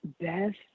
best